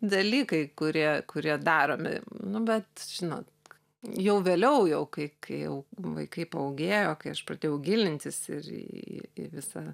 dalykai kurie kurie daromi nu bet žinot jau vėliau jau kai kai jau vaikai paūgėjo kai aš pradėjau gilintis ir į į visą